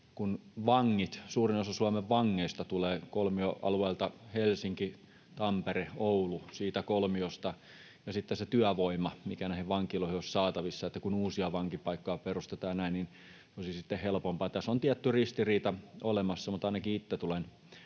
suurin osa Suomen vangeista tulee kolmioalueelta Helsinki, Tampere, Oulu, siitä kolmiosta, ja työvoima näihin vankiloihin olisi helpommin saatavissa, kun uusia vankipaikkoja perustetaan ja näin. Tässä on tietty ristiriita olemassa, mutta ainakin itse tulen